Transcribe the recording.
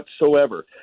whatsoever